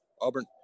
Auburn